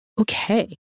Okay